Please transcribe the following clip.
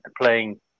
playing